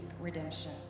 redemption